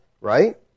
right